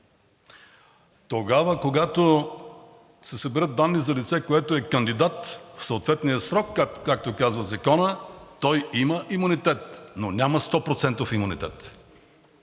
Тогава, когато се съберат данни за лице, което е кандидат в съответния срок, както казва Законът, той има имунитет, но няма 100%-ов имунитет.